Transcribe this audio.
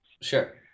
Sure